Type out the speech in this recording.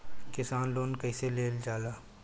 किसान लोन कईसे लेल जाला?